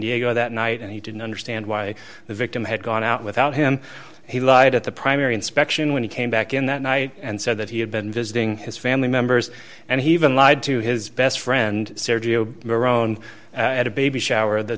diego that night and he didn't understand why the victim had gone out without him he lied at the primary inspection when he came back in that night and said that he had been visiting his family members and he even lied to his best friend your own at a baby shower the